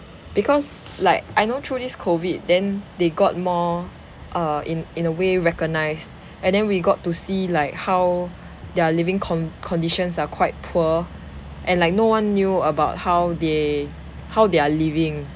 because like I know through this COVID then they got more uh in in a way recognised and then we got to see like how their living con~ conditions are quite poor and like no one knew about how they how they are living